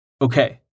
Okay